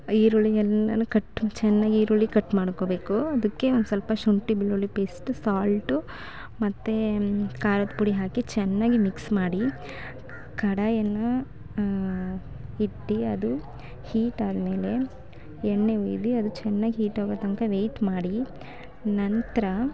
ಈರುಳ್ಳಿ ಎಲ್ಲಾ ಕಟ್ ಚೆನ್ನಾಗಿ ಈರುಳ್ಳಿ ಕಟ್ ಮಾಡ್ಕೊಬೇಕು ಅದಕ್ಕೆ ಒಂದು ಸ್ವಲ್ಪ ಶುಂಠಿ ಬೆಳ್ಳುಳ್ಳಿ ಪೇಸ್ಟ್ ಸಾಲ್ಟು ಮತ್ತು ಖಾರದ್ ಪುಡಿ ಹಾಕಿ ಚೆನ್ನಾಗಿ ಮಿಕ್ಸ್ ಮಾಡಿ ಕಡಾಯನ್ನು ಇಟ್ಟು ಅದು ಹೀಟಾದಮೇಲೆ ಎಣ್ಣೆ ಹುಯ್ದು ಅದು ಚೆನ್ನಾಗಿ ಹೀಟಾಗೋ ತನಕ ವೇಯ್ಟ್ ಮಾಡಿ ನಂತರ